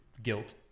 guilt